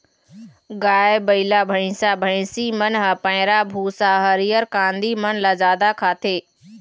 गाय, बइला, भइसा, भइसी मन ह पैरा, भूसा, हरियर कांदी मन ल जादा खाथे